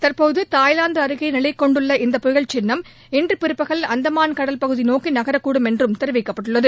தற்போது தாய்லாந்து அருகே நிலைகொண்டுள்ள இந்த புயல் சின்னம் இன்று பிற்பகல் அந்தமான் கடல்பகுதி நோக்கி நகரக்கூடும் என்றும் தெரிவிக்கப்பட்டுள்ளது